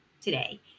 today